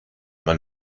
man